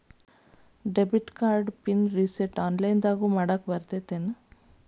debit card pin ರಿಸೆಟ್ನ ಆನ್ಲೈನ್ದಗೂ ಮಾಡಾಕ ಬರತ್ತೇನ್